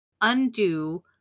undo